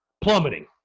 plummeting